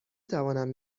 توانم